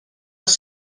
els